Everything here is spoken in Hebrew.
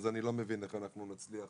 אני לא מבין איך אנחנו נצליח